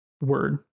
word